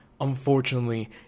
unfortunately